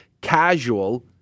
casual